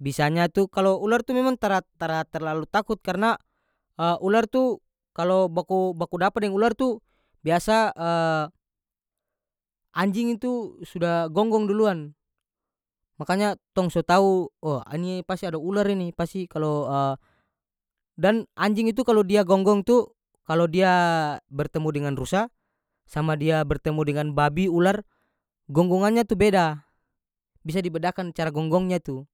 bisanya tu kalo ular tu memang tara- tara terlalu takut karena ular tu kalo baku- bakudapa deng ular tu biasa anjing tu sudah gonggong duluan makanya tong so tau uwa ini pasti ada ular ini pasti kalo dan anjing itu kalo dia gonggong tu kalo dia bertemu dengan rusa sama dia bertemu dengan babi ular gonggongannya tu beda bisa dibedakan cara gonggongnya tu.